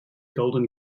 golden